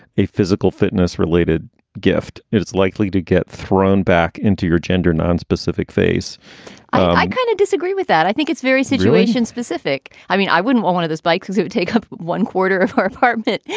a physical fitness related gift, it's likely to get thrown back into your gender non-specific phase i kind of disagree with that. i think it's very situation specific. i mean, i wouldn't want one of this bikes so to take up one quarter of her apartment,